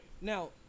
Now